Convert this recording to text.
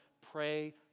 pray